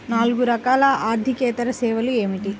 నాలుగు రకాల ఆర్థికేతర సేవలు ఏమిటీ?